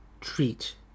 treat